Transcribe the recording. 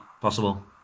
possible